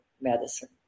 medicine